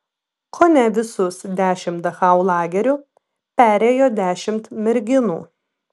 kone visus dešimt dachau lagerių perėjo dešimt merginų